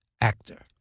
actor